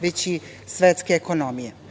veći svetske ekonomije. Ono